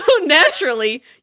naturally